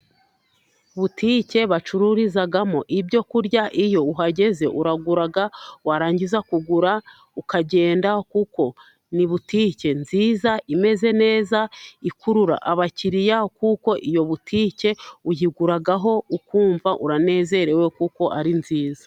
Butike bacururizamo ibyo kurya. Iyo uhageze uragura, warangiza kugura ukagenda, kuko ni butike nziza imeze neza, ikurura abakiriya, kuko iyo butike uyiguraho ukumva uranezerewe, kuko ari nziza.